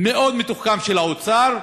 מאוד מתוחכם, של האוצר: